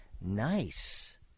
nice